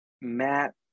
Matt